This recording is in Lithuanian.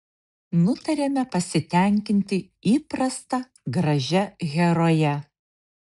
nutarėme pasitenkinti įprasta gražia heroje